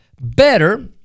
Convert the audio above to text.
better